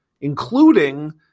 including